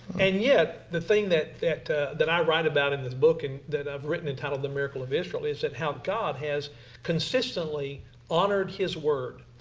and yet the thing that that that i write about in this book and that i have written entitled, the miracle of israel is how god has consistently honored his word.